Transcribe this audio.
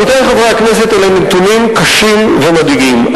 עמיתי חברי הכנסת, אלה נתונים קשים ומדאיגים.